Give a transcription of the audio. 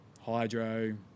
hydro